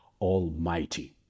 Almighty